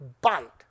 bite